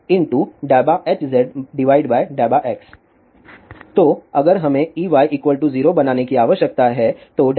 तो अगर हमें E y 0 बनाने की आवश्यकता है तो ∂Hz∂x0